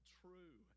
true